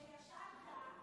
כשישנת היא שינתה.